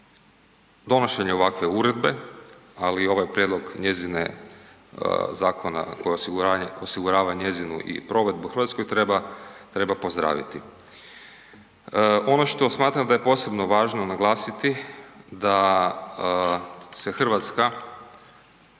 donošenje ovakve uredbe, ali i ovaj prijedlog zakona koji osigurava njezinu provedbu u Hrvatskoj treba pozdraviti. Ono što smatram da je posebno važno naglasiti da se Hrvatska